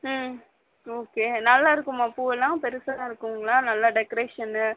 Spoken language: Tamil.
ம் ஓகே நல்லா இருக்குமா பூ எல்லாம் பெருசாக இருக்குங்களா நல்ல டெக்ரேஷன்னு